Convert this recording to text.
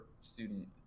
student